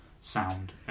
sound